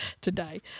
today